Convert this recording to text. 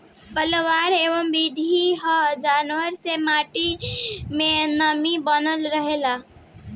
पलवार एगो विधि ह जवना से माटी मे नमी बनल रहेला